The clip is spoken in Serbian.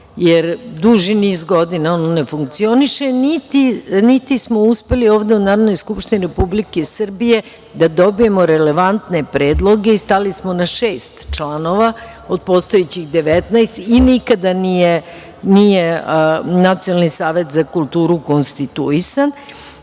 jer duži niz godina ono ne funkcioniše, niti smo uspeli ovde u Narodnoj skupštini Republike Srbije da dobijemo relevantne predloge i stali smo na šest članova od postojećih 19 i nikada nije Nacionalni savet za kulturu konstituisan. Bilo